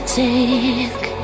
take